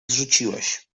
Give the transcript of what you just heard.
zrzuciłeś